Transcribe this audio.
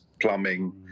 plumbing